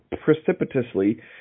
precipitously